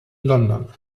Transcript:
london